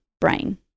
brain